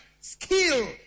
Skill